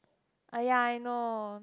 ah ya I know